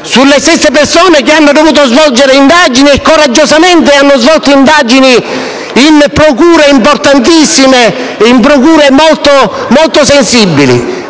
sulle stesse persone che hanno dovuto svolgere - e coraggiosamente hanno svolto - indagini in procure importantissime e molto sensibili.